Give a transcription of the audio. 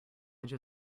edge